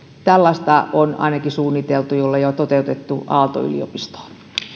tällaista on ainakin suunniteltu jollei jo toteutettu aalto yliopistoon